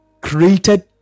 created